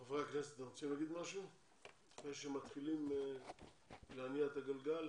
חברי הכנסת, לפני שמתחילים להניע את הגלגל,